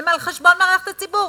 הם על חשבון המערכת הציבורית.